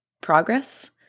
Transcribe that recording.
progress